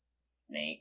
Snake